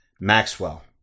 Maxwell